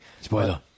Spoiler